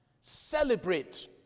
celebrate